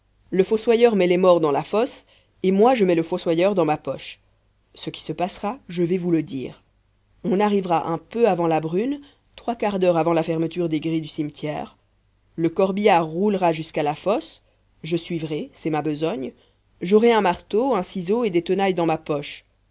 le fossoyeur met les morts dans la fosse et moi je mets le fossoyeur dans ma poche ce qui se passera je vais vous le dire on arrivera un peu avant la brune trois quarts d'heure avant la fermeture des grilles du cimetière le corbillard roulera jusqu'à la fosse je suivrai c'est ma besogne j'aurai un marteau un ciseau et des tenailles dans ma poche